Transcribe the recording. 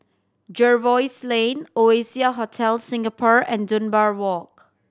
Jervois Lane Oasia Hotel Singapore and Dunbar Walk